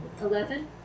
Eleven